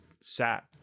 sat